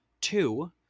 Two